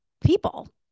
people